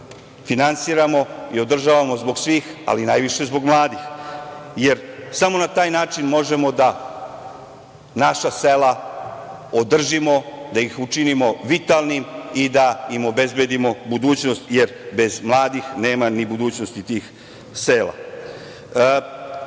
društvo. Finansiramo i održavamo zbog svih, ali najviše zbog mladih, jer samo na taj način možemo da naša sela održimo, da ih učinimo vitalnim i da im obezbedimo budućnost, jer bez mladih nema ni budućnosti tih sela. Briga